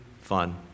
fun